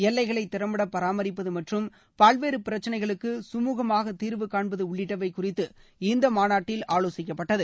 எல்லைகளை திறம்பட பராமரிப்பது மற்றும் பல்வேறு பிரச்சினைகளுக்கு கமூகமாக தீர்வு காண்பது உள்ளிட்டவை குறித்து இந்த மாநாட்டில் ஆலோசிக்கப்பட்டது